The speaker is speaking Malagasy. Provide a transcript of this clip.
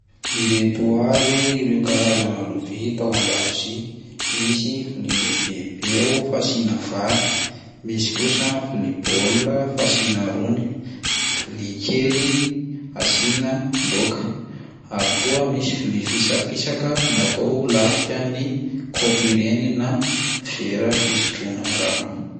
Ireto avy ireo karazana lovia hita ao an-dakozia: misy vilia lehibebe ao fasiana vary, misy kosa vilia baolina fasiana rony, vilia kely asiana laoka, ary koa misy vilia fisapisaka natao lafikan'ny kaopy ireny na vera fisotroana rano.